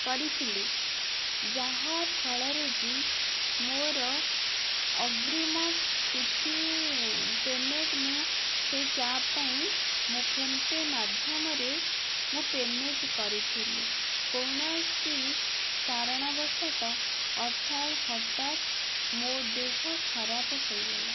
କରିଥିଲି ଯାହାଫଳରେ କି ମୋର ଅଗ୍ରୀମ କିଛି ପେମେଣ୍ଟ ମୁଁ ସେଇ କ୍ୟାବ୍ ପାଇଁ ମୁଁ ଫୋନ୍ ପେ ମାଧ୍ୟମରେ ମୁଁ ପେମେଣ୍ଟ କରିଥିଲି କୌଣସି କାରଣ ବଶତଃ ଅର୍ଥାତ୍ ହଠାତ୍ ମୋ ଦେହ ଖରାପ ହୋଇଗଲା